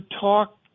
talk